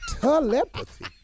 Telepathy